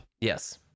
yes